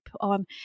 on